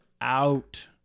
out